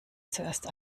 zuerst